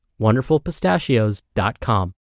Wonderfulpistachios.com